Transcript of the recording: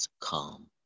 calm